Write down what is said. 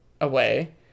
away